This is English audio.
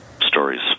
stories